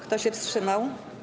Kto się wstrzymał?